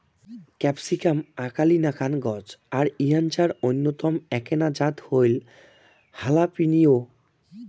capsicum আকালির নাকান গছ আর ইঞার অইন্যতম এ্যাকনা জাত হইল হালাপিনিও